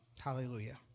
Hallelujah